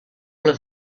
about